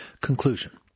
Conclusion